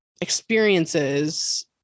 experiences